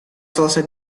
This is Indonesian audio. selesai